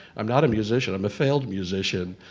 i'm not a musician. i'm a failed musician,